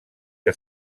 que